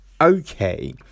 okay